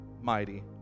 mighty